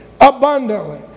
abundantly